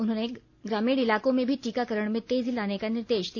उन्होंने ग्रामीण इलाको में भी टीकाकरण में तेजी लाने का निर्देश दिया